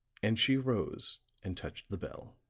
and she arose and touched the bell.